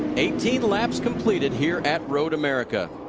eighteen laps compllted here at road america.